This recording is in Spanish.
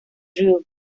drew